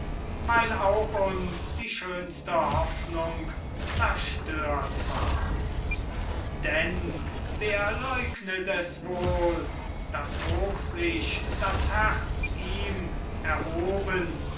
weil auch uns die schönste hoffnung zerstört ward denn wer leugnet es wohl daß hoch sich das herz ihm erhoben